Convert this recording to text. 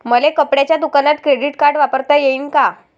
मले कपड्याच्या दुकानात क्रेडिट कार्ड वापरता येईन का?